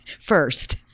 first